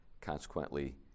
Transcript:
consequently